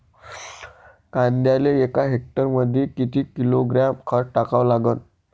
कांद्याले एका हेक्टरमंदी किती किलोग्रॅम खत टाकावं लागन?